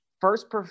first